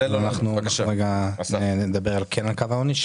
אני כן אדבר על קו העוני,